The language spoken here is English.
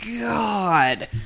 God